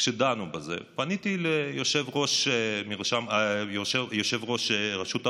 כשדנו בזה, פניתי ליושב-ראש רשות האוכלוסין,